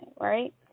right